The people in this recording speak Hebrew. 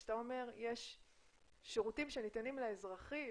כשאתה אומר שיש שירותים שניתנים לאזרחים